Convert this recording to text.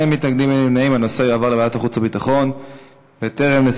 ההצעה להעביר את הנושא לוועדת החוץ והביטחון נתקבלה.